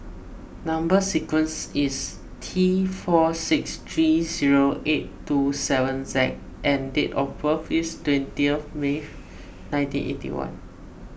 Number Sequence is T four six three zero eight two seven Z and date of birth is twenty of May nineteen eighty one